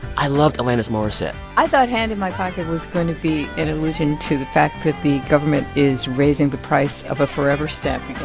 i loved alanis morissette i thought hand in my pocket was going to be an allusion to the fact that the government is raising the price of a forever stamp